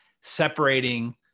separating